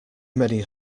many